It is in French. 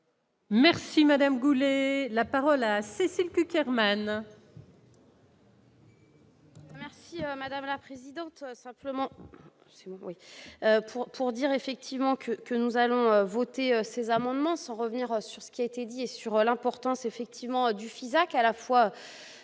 Merci Madame Goulet la parole à Cécile Cukierman.